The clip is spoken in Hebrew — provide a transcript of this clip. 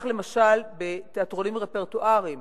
כך, למשל, בתיאטרונים רפרטואריים